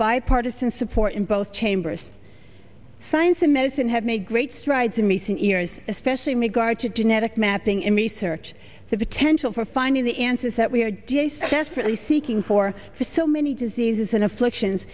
bipartisan support in both chambers science and medicine have made great strides in recent years especially me guard to genetic mapping in research the potential for finding the answers that we are da so desperately seeking for to so many diseases and afflictions